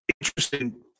Interesting